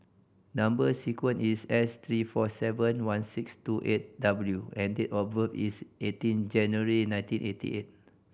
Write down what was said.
number sequence is S three four seven one six two eight W and date of birth is eighteen January nineteen eighty eight